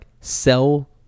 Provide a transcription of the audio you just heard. sell